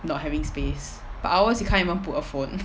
not having space but ours you can't even put a phone